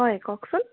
হয় কওকচোন